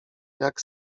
jak